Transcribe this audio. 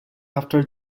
after